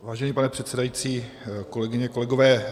Vážený pane předsedající, kolegyně, kolegové.